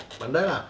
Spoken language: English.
Mandai lah